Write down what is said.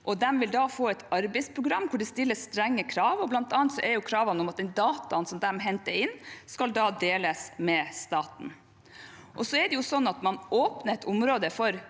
de vil da få et arbeidsprogram hvor det stilles strenge krav. Blant annet er det krav om at de dataene som de henter inn, skal deles med staten. Så er det slik at man åpner et område for